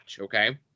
okay